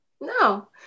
No